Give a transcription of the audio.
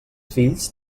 fills